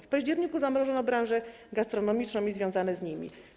W październiku zamrożono branżę gastronomiczną i związane z nią branże.